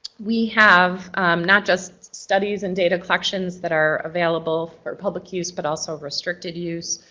we have not just studies and data collections that are available for public use, but also restricted use.